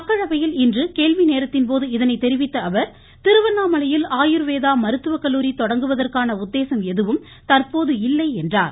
மக்களவையில் இன்று கேள்வி நேரத்தின் போது இதை தெரிவித்த அவர் திருவண்ணாமலையில் ஆயுர்வேதா மருத்துவக்கல்லூரி தொடங்குவதற்கான உத்தேசம் எதுவும் தற்போது இல்லை என்றார்